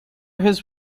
his